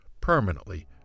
permanently